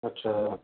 अच्छा